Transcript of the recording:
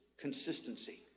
consistency